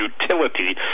utility